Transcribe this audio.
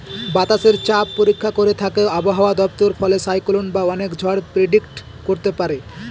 বাতাসের চাপ পরীক্ষা করে থাকে আবহাওয়া দপ্তর ফলে সাইক্লন বা অনেক ঝড় প্রেডিক্ট করতে পারে